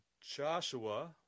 Joshua